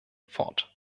fort